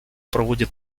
проводит